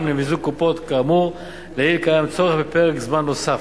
למיזוג קופות כאמור לעיל קיים צורך בפרק זמן נוסף.